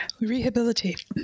Rehabilitate